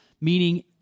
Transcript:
Meaning